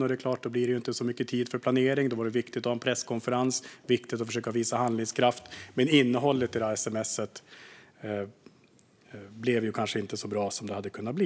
Då är det klart att det inte blev så mycket tid för planering - det var viktigt att hålla presskonferens och försöka visa handlingskraft, men innehållet i sms:et blev kanske inte så bra som det hade kunnat bli.